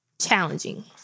challenging